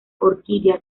orquídea